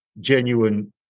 genuine